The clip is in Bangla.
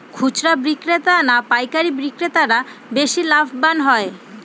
খুচরো বিক্রেতা না পাইকারী বিক্রেতারা বেশি লাভবান হয়?